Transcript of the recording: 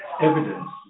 evidence